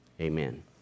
amen